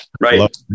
Right